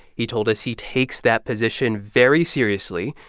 he told us he takes that position very seriously.